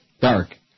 Dark